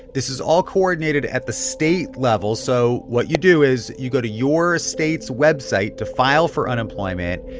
this is all coordinated at the state level. so what you do is you go to your state's website to file for unemployment,